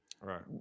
Right